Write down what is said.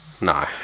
No